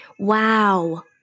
Wow